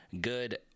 Good-